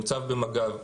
מוצב במג"ב,